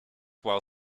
while